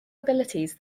abilities